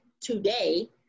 today